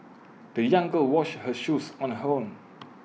the young girl washed her shoes on her own